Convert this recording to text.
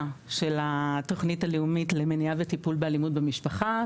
של התוכנית הלאומית למניעה וטיפול באלימות במשפחה,